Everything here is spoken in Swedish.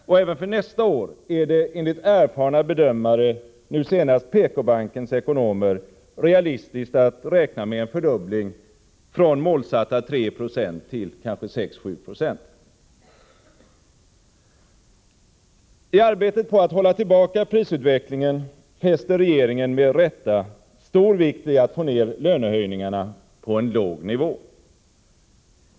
Och även för nästa år är det enligt erfarna bedömare — nu senast PK-bankens ekonomer -— realistiskt att räkna med en I arbetet på att hålla tillbaka prisutvecklingen fäster regeringen med rätta stor vikt vid att få ned lönehöjningarna på en låg nivå.